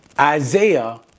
Isaiah